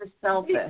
selfish